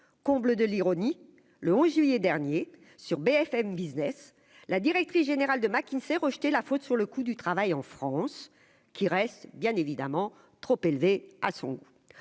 comble de l'ironie, le 11 juillet dernier sur BFM Business, la directrice générale de McKinsey rejeter la faute sur le coût du travail en France qui reste bien évidemment trop élevé à son goût,